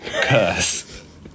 curse